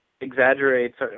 exaggerates